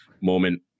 moment